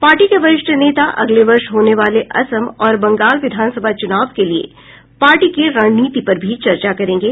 party के वरिष्ठ नेता अगले वर्ष होने वाले असम और बंगाल विधानसभा चुनाव के लिए पार्टी की रणनीति पर भी चर्चा करेंगे